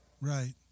Right